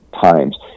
times